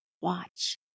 watch